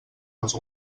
els